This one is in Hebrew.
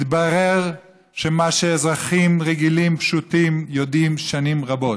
התברר שמה שאזרחים רגילים פשוטים יודעים שנים רבות,